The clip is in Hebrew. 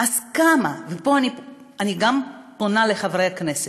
ופה אני גם פונה לחברי הכנסת,